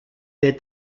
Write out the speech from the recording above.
est